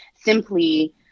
simply